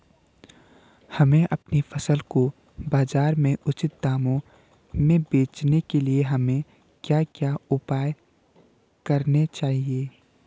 हमें अपनी फसल को बाज़ार में उचित दामों में बेचने के लिए हमें क्या क्या उपाय करने चाहिए?